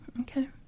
Okay